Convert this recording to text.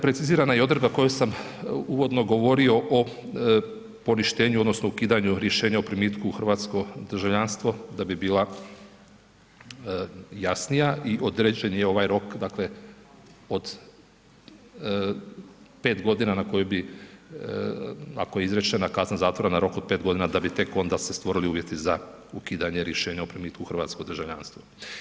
Precizirana je odredba koju sam uvodno govorio o poništenju odnosno ukidanju rješenja o primitku u hrvatsko državljanstvo da bi bila jasnija i određen je ovaj rok, dakle, od 5 godina na koji bi, kao je izrečena kazna zatvora na rok od 5 godina, da bi tek onda se stvorili uvjeti za ukidanje rješenja o primitku u hrvatsko državljanstvo.